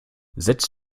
setz